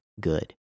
good